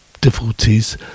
difficulties